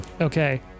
Okay